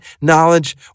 knowledge